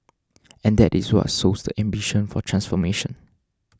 and that is what sows the ambition for transformation